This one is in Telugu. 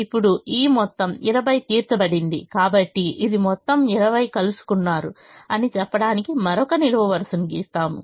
ఇప్పుడు ఈ మొత్తం 20 తీర్చబడింది కాబట్టి ఇది మొత్తం 20 కలుసుకున్నారు అని చెప్పడానికి మరొక నిలువు వరుసను గీస్తాము